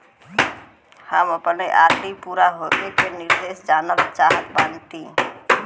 हम अपने आर.डी पूरा होवे के निर्देश जानल चाहत बाटी